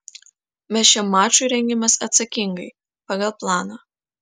mes šiam mačui rengiamės atsakingai pagal planą